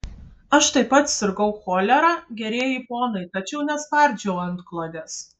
aš taip pat sirgau cholera gerieji ponai tačiau nespardžiau antklodės